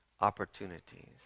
Opportunities